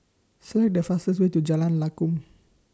Select The fastest Way to Jalan Lakum